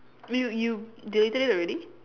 you you they tell you already